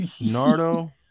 Nardo